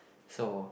so